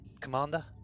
commander